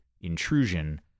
intrusion